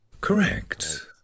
Correct